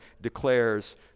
declares